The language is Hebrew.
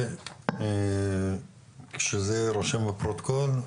כדי שזה יירשם בפרוטוקול.